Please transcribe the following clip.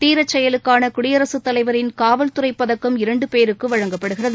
தீரச் செயலுக்கான குடியரசுத் தலைவரின் காவல் துறை பதக்கம் பதக்கம் இரண்டு பேருக்கு வழங்கப்படுகிறது